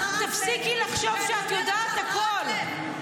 תפסיקי לחשוב שאת יודעת הכול.